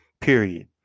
period